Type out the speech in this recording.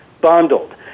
bundled